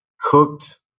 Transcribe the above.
cooked